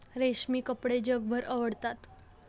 रेशमी कपडे जगभर आवडतात